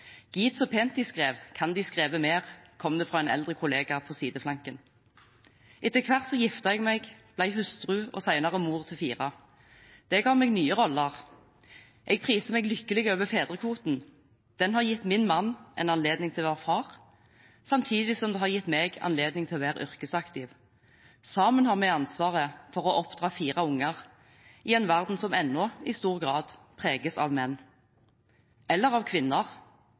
pent De skrev, kan De skreve mer?», kom det fra en eldre kollega på sideflanken. Etter hvert giftet jeg meg, ble hustru og senere mor til fire. Det ga meg nye roller. Jeg priser meg lykkelig over fedrekvoten. Den har gitt min mann anledning til å være far, samtidig som det har gitt meg anledning til å være yrkesaktiv. Sammen har vi ansvaret for å oppdra fire unger i en verden som ennå i stor grad preges av menn – eller av kvinner,